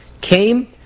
came